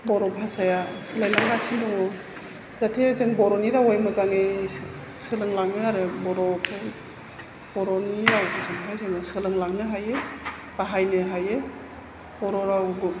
बर' भाषाया सोलायलांगासिनो दङ जाथे जों बर'नि रावै मोजाङै सोलों लाङो आरो बर'खौ बर'नि रावजोंनो जोङो सोलोंलांनो हायो बाहायनो हायो बर' रावबो